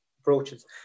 approaches